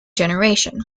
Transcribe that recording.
generation